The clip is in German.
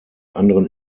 anderen